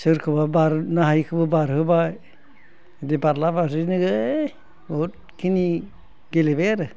सोरखौबा बारनो हायिखौबो बारहोबाय बिदि बारला बारलिनो ए बहुद खिनि गेलेबाय आरो